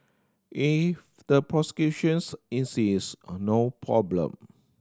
if the prosecutions insist on no problem